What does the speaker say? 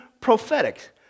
prophetic